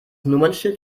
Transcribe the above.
nummernschild